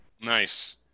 Nice